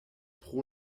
pro